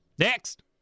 Next